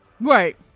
Right